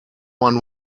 one